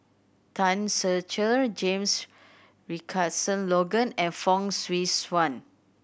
Tan Ser Cher James Richardson Logan and Fong Swee Suan